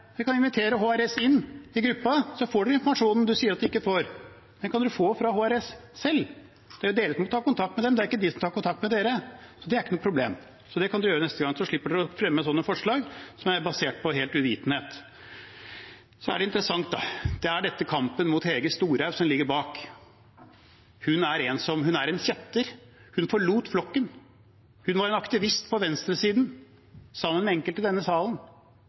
det er jo ikke de som tar kontakt med Arbeiderpartiet. Det er ikke noe problem. Det kan de gjøre neste gang, så slipper de å fremme forslag som er basert på uvitenhet. Så er det interessant – det er jo kampen mot Hege Storhaug som ligger bak. Hun er en kjetter. Hun forlot flokken. Hun var aktivist på venstresiden, sammen med enkelte i denne salen.